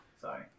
Sorry